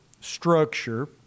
structure